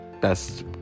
Best